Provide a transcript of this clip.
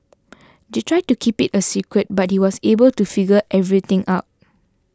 they tried to keep it a secret but he was able to figure everything out